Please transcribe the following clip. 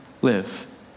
live